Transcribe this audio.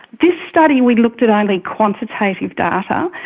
this study we looked at only quantitative data,